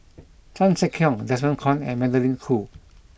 Chan Sek Keong Desmond Kon and Magdalene Khoo